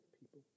people